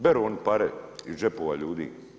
Beru oni pare iz džepova ljudi.